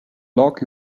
lock